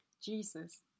Jesus